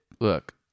Look